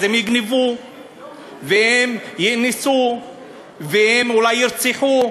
אז הם יגנבו והם יאנסו והם אולי ירצחו,